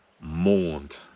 mourned